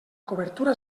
cobertura